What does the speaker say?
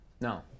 No